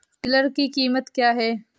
Tiller की कीमत क्या है?